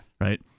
Right